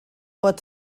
pot